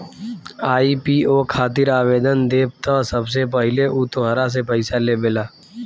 IPO खातिर आवेदन देबऽ त सबसे पहिले उ तोहरा से पइसा लेबेला